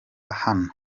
hano